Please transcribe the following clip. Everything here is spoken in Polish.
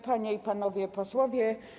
Panie i Panowie Posłowie!